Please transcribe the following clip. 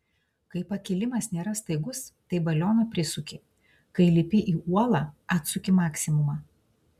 kai pakilimas nėra staigus tai balioną prisuki kai lipi į uolą atsuki maksimumą